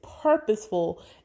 purposeful